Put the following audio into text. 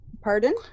Pardon